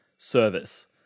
Service